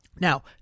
Now